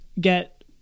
get